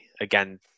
again